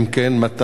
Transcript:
3. אם כן, מתי?